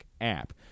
app